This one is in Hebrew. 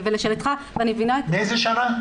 מאיזה שנה?